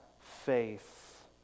faith